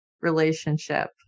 relationship